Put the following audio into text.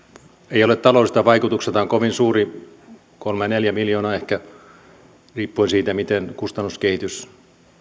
ei ole taloudellisilta vaikutuksiltaan kovin suuri kolme viiva neljä miljoonaa ehkä riippuen siitä miten kustannuskehitys